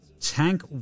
Tank